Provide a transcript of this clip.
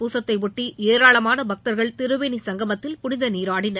பூசத்தையொட்டி ஏராளமான பக்தர்கள் திரிவேனி சங்கமத்தில் புனித நீராடினர்